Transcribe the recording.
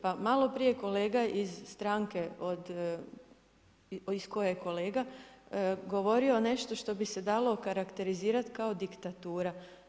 Pa malo prije je kolega iz stranke iz koje je kolega govorio nešto što bi se dalo okarakterizirati kao diktatura.